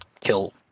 kill